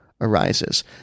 Arises